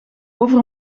over